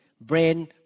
brain